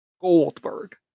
Goldberg